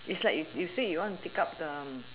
it's like you you say you want to take up the